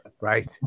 right